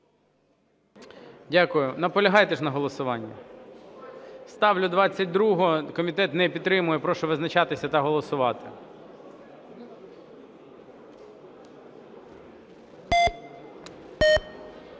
Дякую. Наполягаєте ж на голосуванні? Ставлю 22-у. Комітет не підтримує. Прошу визначатися та голосувати.